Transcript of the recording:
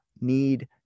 need